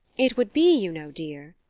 it would be, you know, dear,